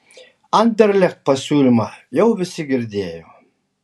anderlecht pasiūlymą jau visi girdėjo